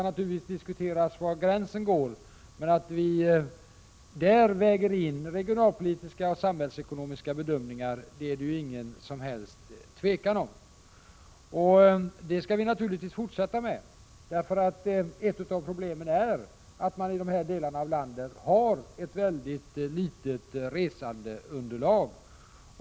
Naturligtvis kan man diskutera var gränsen i det avseendet går, men det är inget som helst tvivel om att vi där väger in regionalpolitiska och samhällsekonomiska bedömningar. Detta skall vi naturligtvis fortsätta med, eftersom ett av problemen är att man i dessa delar av landet har ett väldigt litet resandeunderlag.